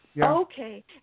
Okay